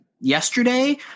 yesterday